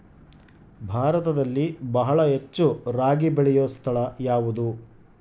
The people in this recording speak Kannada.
ಭಾರತದಲ್ಲಿ ಬಹಳ ಹೆಚ್ಚು ರಾಗಿ ಬೆಳೆಯೋ ಸ್ಥಳ ಯಾವುದು?